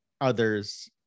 others